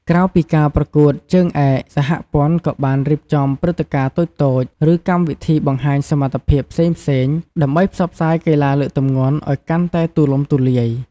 ក្រៅពីការប្រកួតជើងឯក សហព័ន្ធក៏បានរៀបចំព្រឹត្តិការណ៍តូចៗ ឬកម្មវិធីបង្ហាញសមត្ថភាពផ្សេងៗ ដើម្បីផ្សព្វផ្សាយកីឡាលើកទម្ងន់ឱ្យកាន់តែទូលំទូលាយ។